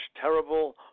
terrible